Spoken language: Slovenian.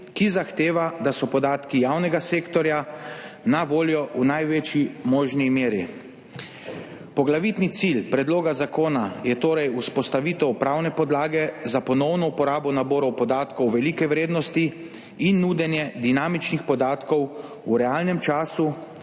ki zahteva, da so podatki javnega sektorja na voljo v največji možni meri. Poglavitni cilj predloga zakona je torej vzpostavitev pravne podlage za ponovno uporabo naborov podatkov velike vrednosti in nudenje dinamičnih podatkov v realnem času.